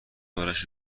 براش